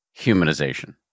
humanization